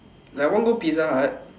like want go pizza hut